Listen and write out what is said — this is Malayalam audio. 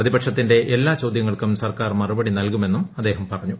പ്രതിപക്ഷത്തിന്റെ എല്ലാ ചോദ്യങ്ങൾക്കും സർക്കാർ മറുപടി നൽകുമെന്നും അദ്ദേഹം പറഞ്ഞു